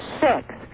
six